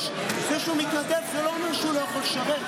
זה שהוא מתנדב זה לא אומר שהוא לא יכול לשרת.